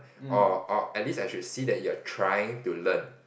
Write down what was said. or or or at least I should see that you are trying to learn